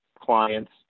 clients